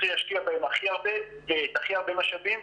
להשקיע בהם הכי הרבה ואת הכי הרבה משאבים,